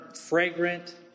fragrant